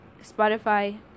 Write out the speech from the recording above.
Spotify